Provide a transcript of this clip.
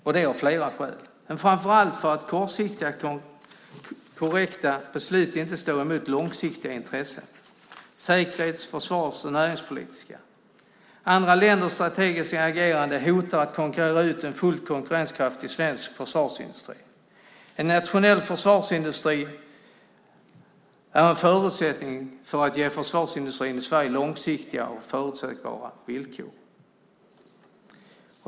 Det behövs av flera skäl men framför allt för att kortsiktiga korrekta beslut inte står emot långsiktiga intressen, säkerhets-, försvars och näringspolitiska. Andra länders strategiska agerande hotar att konkurrera ut en fullt konkurrenskraftig svensk försvarsindustri. En nationell försvarsindustristrategi är en förutsättning för att ge försvarsindustrin i Sverige långsiktiga och förutsägbara villkor.